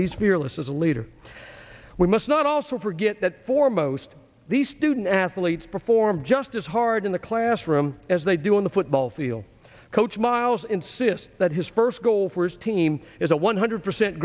he's fearless as a leader we must not also forget that for most these student athletes perform just as hard in the classroom as they do on the football field coach miles insists that his first goal for his team is a one hundred percent